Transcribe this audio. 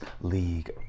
League